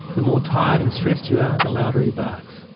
the more tired and stressed you are the louder he barks,